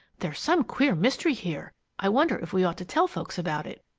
there's some queer mystery here! i wonder if we ought to tell folks about it?